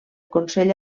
consell